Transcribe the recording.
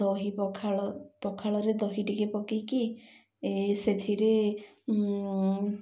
ଦହି ପଖାଳ ପଖାଳରେ ଦହି ଟିକେ ପକାଇକି ଏ ସେଥିରେ